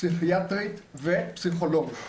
פסיכיאטרית ופסיכולוג,